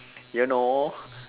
you know